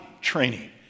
training